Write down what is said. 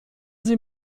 sie